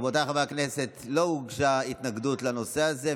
רבותיי חברי הכנסת, לא הוגשה התנגדות לנושא הזה.